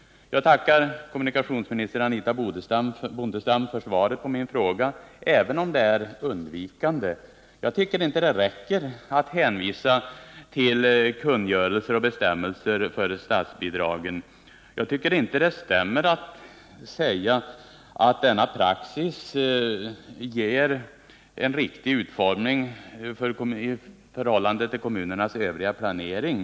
Jag tackar kommunikationsminister Anitha Bondestam för svaret på min fråga, även om det är undvikande. Jag tycker inte det räcker att hänvisa till kungörelser och bestämmelser för statsbidragsgivningen. Det är inte rätt att säga att den praxis som tillämpas har en riktig utformning i förhållande till kommunernas övriga planering.